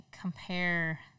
compare